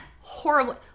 horrible